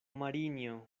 marinjo